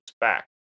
back